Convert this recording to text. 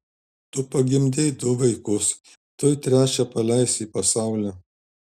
tu pagimdei du vaikus tuoj trečią paleisi į pasaulį